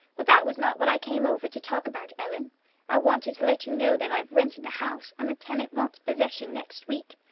but that was not what i came over to talk about, ellen i wanted to let you know that i've rented the house, and the tenant wants possession next week.